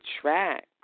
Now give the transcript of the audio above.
tracks